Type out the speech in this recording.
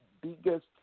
biggest